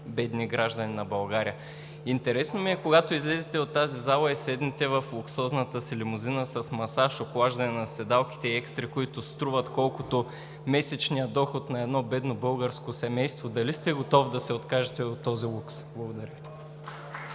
бедни граждани на България. Интересно ми е, когато излезете от тази зала и седнете в луксозната си лимузина с масаж, охлаждане на седалките и екстри, които струват колкото месечния доход на едно бедно българско семейство, дали сте готов да се откажете от този лукс?! Благодаря.